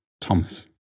Thomas